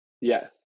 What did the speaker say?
Yes